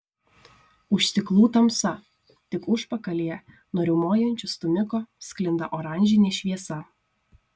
už stiklų tamsa tik užpakalyje nuo riaumojančio stūmiko sklinda oranžinė šviesa